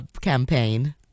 campaign